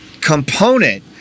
component